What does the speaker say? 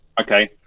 Okay